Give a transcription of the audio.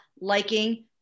liking